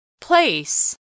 Place